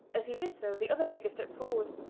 as he did so the other figure stepped forward,